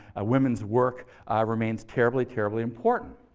ah women's work remains terribly, terribly important.